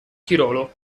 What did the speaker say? tirolo